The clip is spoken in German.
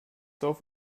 dorf